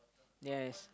yes